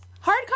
Hard